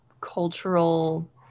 cultural